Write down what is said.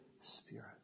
spirit